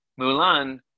Mulan